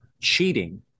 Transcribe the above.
cheating